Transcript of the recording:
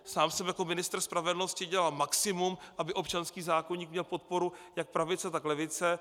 Sám jsem jako ministr spravedlnosti dělal maximum, aby občanský zákoník měl podporu jak pravice, tak levice.